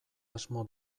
asmo